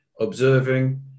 observing